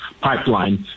pipeline